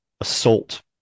assault